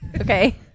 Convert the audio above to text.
Okay